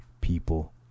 people